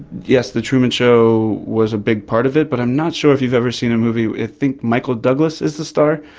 yes, the truman show was a big part of it, but i'm not sure if you've ever seen a movie, i think michael douglas is the star,